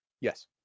Yes